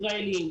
ישראלים,